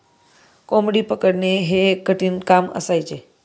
कोंबडी पकडणे हे एक कठीण काम असायचे